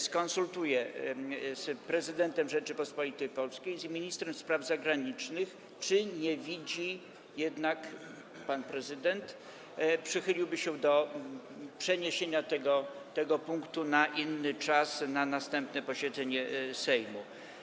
Skonsultuję się z prezydentem Rzeczypospolitej Polskiej i z ministrem spraw zagranicznych, jeśli chodzi o to, czy pan prezydent przychyliłby się do przeniesienia tego punktu na inny czas, na następne posiedzenie Sejmu.